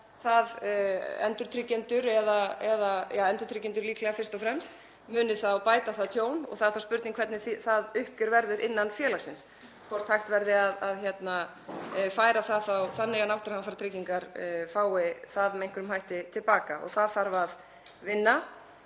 Endurtryggjendur, líklega fyrst og fremst, munu bæta það tjón en það er spurning hvernig uppgjörið verður innan félagsins, hvort hægt verður að færa það þannig að náttúruhamfaratryggingar fái það með einhverjum hætti til baka. Það þarf að vinna.